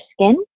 Skin